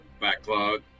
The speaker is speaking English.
Backlog